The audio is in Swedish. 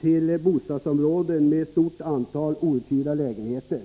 till bostadsområden med stort antal outhyrda lägenheter.